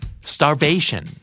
starvation